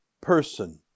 person